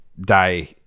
die